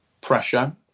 pressure